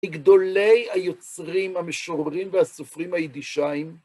מגדולי היוצרים המשוררים והסופרים היידישיים